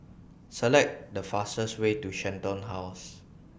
Select The fastest Way to Shenton House